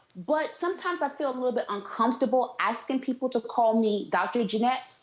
but sometimes i feel a little bit uncomfortable asking people to call me dr. janette.